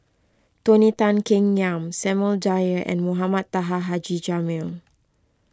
Tony Tan Keng Yam Samuel Dyer and Mohamed Taha Haji Jamil